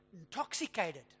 intoxicated